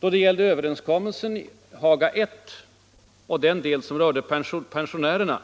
Då det gällde överenskommelsen Haga I och den del som rörde pensionärerna,